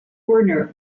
werner